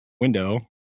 window